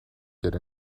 get